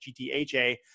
GTHA